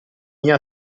mia